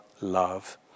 love